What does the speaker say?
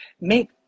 make